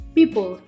people